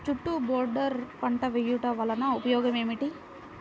చుట్టూ బోర్డర్ పంట వేయుట వలన ఉపయోగం ఏమిటి?